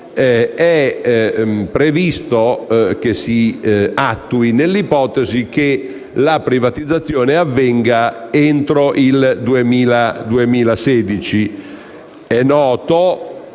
è previsto che si attui nell'ipotesi che la privatizzazione avvenga entro il 2016. D'altra